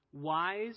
wise